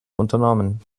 unternommen